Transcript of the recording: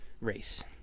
race